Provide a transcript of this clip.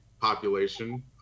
population